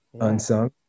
unsung